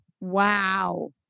Wow